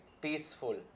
peaceful